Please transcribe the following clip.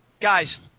Guys